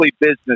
business